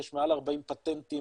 יש מעל 40 פטנטים